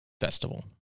festival